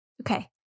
okay